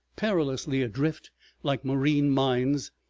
perilously adrift like marine mines,